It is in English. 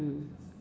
mm